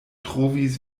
trovis